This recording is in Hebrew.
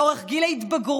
לאורך גיל ההתבגרות,